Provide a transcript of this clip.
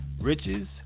riches